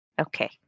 Okay